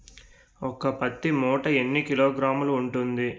ఒక పత్తి మూట ఎన్ని కిలోగ్రాములు ఉంటుంది?